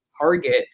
target